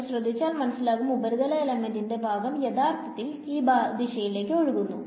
നിങ്ങൾ ശ്രദ്ധിച്ചാൽ മനസിലാകും ഉപരിതല എലമെന്റ് ന്റെ ഭാഗം യാഥാർഥ്യത്തിൽ ഈ ദിശയിലേക്ക് ഒഴുകുന്നു